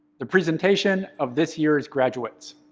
the presentation of this year's graduates.